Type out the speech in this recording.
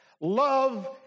Love